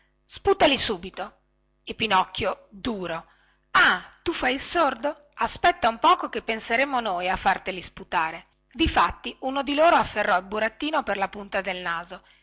sputali subito e pinocchio duro ah tu fai il sordo aspetta un poco che penseremo noi a farteli sputare difatti uno di loro afferrò il burattino per la punta del naso